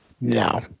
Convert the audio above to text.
no